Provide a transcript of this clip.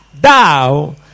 thou